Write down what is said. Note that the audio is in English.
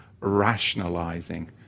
rationalizing